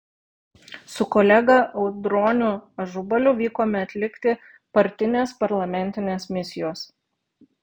su kolega audroniu ažubaliu vykome atlikti partinės parlamentinės misijos